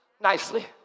Nicely